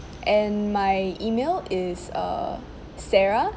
and my email is uh sarah